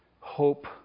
hope